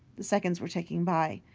the seconds were ticking by.